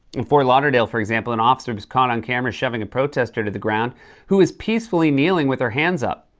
in ft. lauderdale, for example, an officer was caught on camera shoving a protester to the ground who was peacefully kneeling with her hands up.